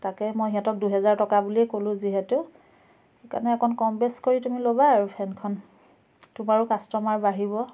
তাকে মই সিহঁতক দুহেজাৰ টকা বুলিয়েই ক'লোঁ যিহেতু সেই কাৰণে অকণ কম বেচ কৰি তুমি ল'বা আৰু ফেনখন তোমাৰো কাষ্ট'মাৰ বাঢ়িব